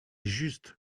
juste